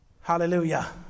Hallelujah